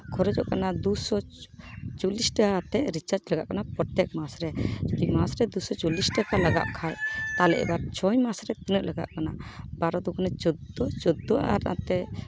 ᱠᱷᱚᱨᱚᱪᱚᱜ ᱠᱟᱱᱟ ᱫᱩᱥᱚ ᱪᱚᱞᱞᱤᱥ ᱴᱟᱠᱟ ᱠᱟᱛᱮᱫ ᱨᱤᱪᱟᱨᱡ ᱞᱟᱜᱟᱜ ᱠᱟᱱᱟ ᱯᱨᱚᱛᱛᱮᱠ ᱢᱟᱥ ᱨᱮ ᱡᱩᱫᱤ ᱢᱟᱥ ᱨᱮ ᱫᱩᱥᱚ ᱪᱚᱞᱞᱤᱥ ᱴᱟᱠᱟ ᱞᱟᱜᱟᱜ ᱠᱷᱟᱡ ᱛᱟᱦᱞᱮ ᱪᱷᱚᱭ ᱢᱟᱥ ᱨᱮ ᱛᱤᱱᱟᱹᱜ ᱞᱟᱜᱟᱜ ᱠᱟᱱᱟ ᱵᱟᱨᱚ ᱫᱩᱜᱩᱱᱮ ᱪᱳᱫᱽᱫᱳ ᱪᱳᱫᱽᱫᱳ ᱟᱨ ᱱᱟᱛᱮ